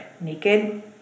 naked